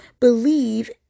believe